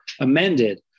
amended